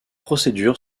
procédure